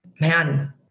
man